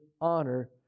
honor